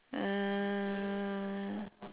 uh